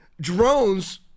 drones